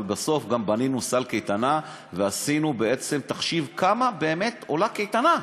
אבל בסוף גם בנינו סל קייטנה ועשינו בעצם תחשיב כמה באמת עולה קייטנה.